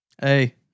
Hey